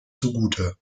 zugute